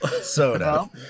Soda